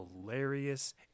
hilarious